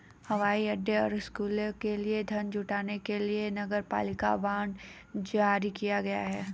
हवाई अड्डों और स्कूलों के लिए धन जुटाने के लिए नगरपालिका बांड जारी किए जाते हैं